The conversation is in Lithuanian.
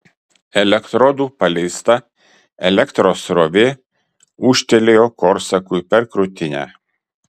elektrodų paleista elektros srovė ūžtelėjo korsakui per krūtinę